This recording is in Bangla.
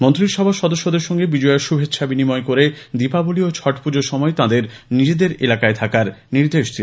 মন্ত্রিসভার সদস্যদের সঙ্গে বিজয়ার শুভেচ্ছা বিনিময় করে দীপাবলি ও ছটপুজোর সময় তাঁদের নিজেদের এলাকায় থাকার নির্দেশ দেন